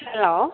hello